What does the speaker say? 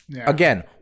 Again